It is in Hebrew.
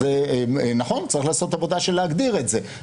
אז נכון, צריך לעשות עבודה של להגדיר את זה.